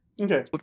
Okay